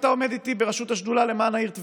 אתה עומד איתי בראשות השדולה למען העיר טבריה.